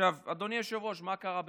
עכשיו, אדוני היושב-ראש, מה קרה בפועל?